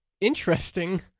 interesting